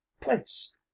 place